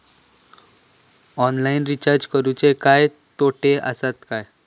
Online recharge करुचे काय तोटे आसत काय?